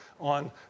on